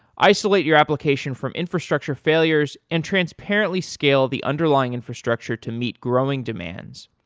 isolate your application from infrastructure failures and transparently scale the underlying infrastructure to meet growing demands,